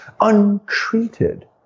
Untreated